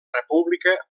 república